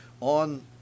on